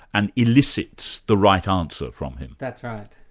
and elicits the right answer from him. that's right.